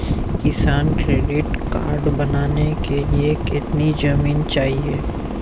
किसान credit card बनाने के लिए कितनी जमीन चाहिए?